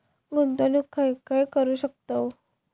गुंतवणूक खय खय करू शकतव?